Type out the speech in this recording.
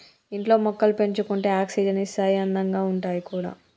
ఇంట్లో మొక్కలు పెంచుకుంటే ఆక్సిజన్ ఇస్తాయి అందంగా ఉంటాయి కూడా